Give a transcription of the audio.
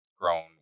grown